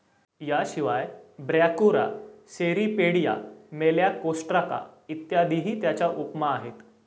याशिवाय Brachyura, Cirripedia, Malacostraca इत्यादीही त्याच्या उपमा आहेत